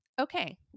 Okay